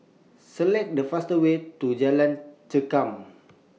Select The faster Way to Jalan Chengam